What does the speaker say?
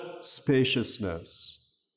spaciousness